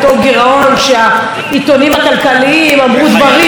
והעיתונים הכלכליים אמרו דברים קצת לא נכונים,